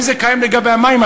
אם זה קיים לגבי המים,